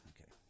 Okay